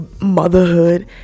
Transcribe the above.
motherhood